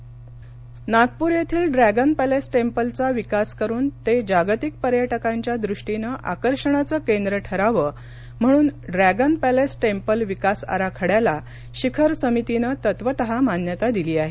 dragon Palace Nagpur येथील Dragon Palace टेम्पलचा विकास करून ते जागतिक पर्यटकांच्या द्रष्टीनं आकर्षणाचं केंद्र ठरावं म्हणून ड्रॅगन पॅलेस टेम्पल विकास आराखड्याला शिखर समितीनं तत्वतः मान्यता दिली आहे